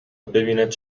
ببیند